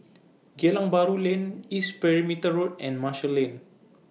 Geylang Bahru Lane East Perimeter Road and Marshall Lane